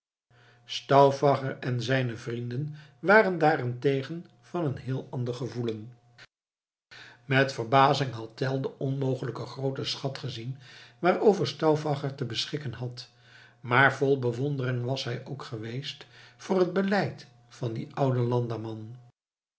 stauffacher en zijne vrienden waren daarentegen van een heel ander gevoelen met verbazing had tell den onnoemlijk grooten schat gezien waarover stauffacher te beschikken had maar vol bewondering was hij ook geweest voor het beleid van dien ouden landamman